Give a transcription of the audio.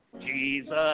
Jesus